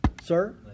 Sir